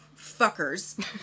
fuckers